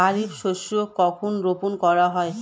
খারিফ শস্য কখন রোপন করা হয়?